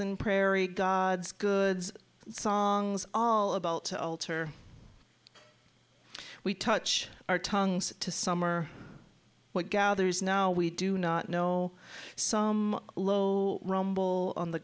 n prairie gods goods songs all about to alter we touch our tongues to summer what gathers now we do not know some rumble on the